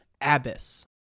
Abbas